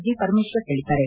G Parameshwar ಹೇಳಿದ್ದಾರೆ